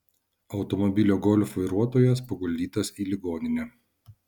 automobilio golf vairuotojas paguldytas į ligoninę